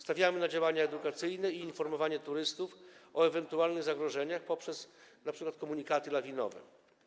Stawiamy na działania edukacyjne i informowanie turystów o ewentualnych zagrożeniach, np. poprzez komunikaty lawinowe.